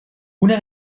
una